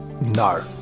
No